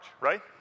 right